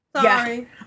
Sorry